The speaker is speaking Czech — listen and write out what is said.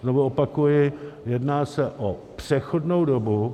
Znovu opakuji, jedná se o přechodnou dobu.